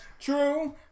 true